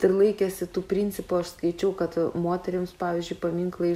ir laikėsi tų principų aš skaičiau kad moterims pavyzdžiui paminklai iš